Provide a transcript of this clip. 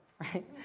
right